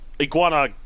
Iguana